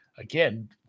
Again